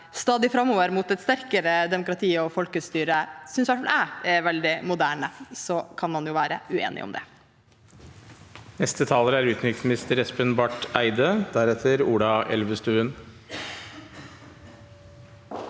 stadig framover mot et sterkere demokrati og folkestyre, er veldig moderne. Så kan man jo være uenige om det.